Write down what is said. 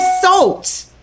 salt